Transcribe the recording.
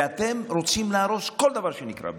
ואתם רוצים להרוס כל דבר שנקרה בדרככם.